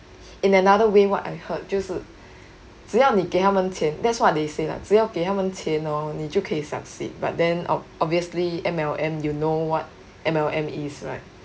in another way what I heard 就是只要你给他们钱 that's what they say lah 只要给他们钱 orh 你就可以 succeed but then obviously M_L_M you know what M_L_M is right